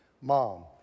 Mom